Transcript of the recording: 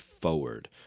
forward